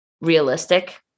realistic